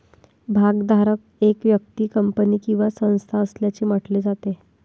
भागधारक एक व्यक्ती, कंपनी किंवा संस्था असल्याचे म्हटले जाते